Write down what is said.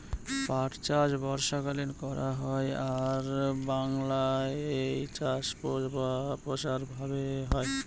পাট চাষ বর্ষাকালীন করা হয় আর বাংলায় এই চাষ প্রসার ভাবে হয়